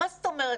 מה זאת אומרת?